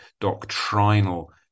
doctrinal